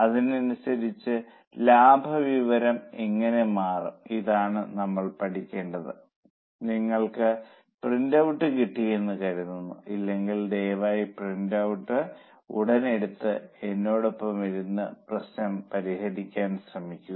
അതിനനുസരിച്ച് ലാഭവിവരം എങ്ങനെ മാറും ഇതാണ് നമ്മൾ പഠിക്കേണ്ടത് നിങ്ങൾക്ക് പ്രിന്റ് ഔട്ട് കിട്ടിയെന്ന് കരുതുന്നു ഇല്ലെങ്കിൽ ദയവായി പ്രിന്റൌട്ട് ഉടൻ എടുത്ത് എന്നോടൊപ്പം ഇരുന്നു പ്രശ്നം പരിഹരിക്കാൻ ശ്രമിക്കുക